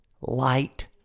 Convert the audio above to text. light